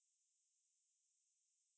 ya of course